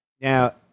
Now